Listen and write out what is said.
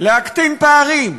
להקטין פערים,